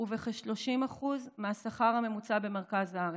ובכ-30% מהשכר הממוצע במרכז הארץ.